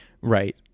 Right